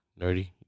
Nerdy